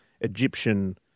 Egyptian